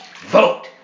Vote